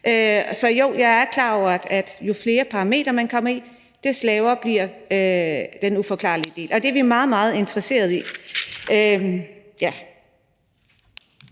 Så jo, jeg er klar over, at jo flere parametre man kommer i, des lavere bliver den uforklarlige den. Og vi er meget, meget interesserede i